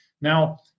Now